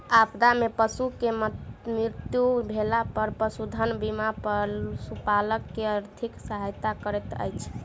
आपदा में पशु के मृत्यु भेला पर पशुधन बीमा पशुपालक के आर्थिक सहायता करैत अछि